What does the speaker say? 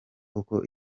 uko